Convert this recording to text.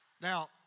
Now